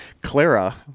clara